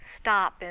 stop